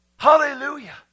hallelujah